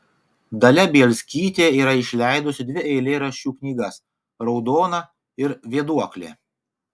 dalia bielskytė yra išleidusi dvi eilėraščių knygas raudona ir vėduoklė